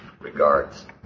regards